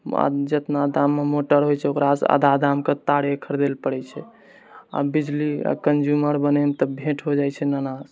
जितना दाममे मोटर होइ छै ओकरासँ आधा दाममे तारे खरीदै पड़ै छै अऽ बिजली अऽ कन्ज्युमर बनैमे तऽ भेँट भऽ जाइ छै नानासँ